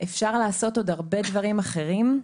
אפשר לעשות עוד הרבה דברים אחרים,